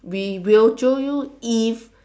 we will jio you if